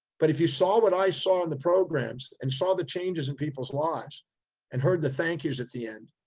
but if you saw what i saw in the programs and saw the changes in people's lives and heard the thank you's at the end,